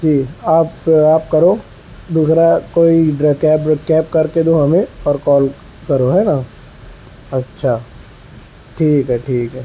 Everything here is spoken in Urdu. جی آپ آپ کرو دوسرا کوئی ڈرے کیب کیب کر کے دو ہمیں اور کال کرو ہے نا اچھا ٹھیک ہے ٹھیک ہے